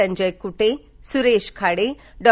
Sanjay Kute Suresh Khade Dr